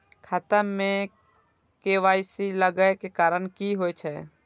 खाता मे के.वाई.सी लागै के कारण की होय छै?